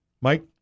Mike